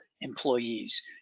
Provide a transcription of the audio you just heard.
employees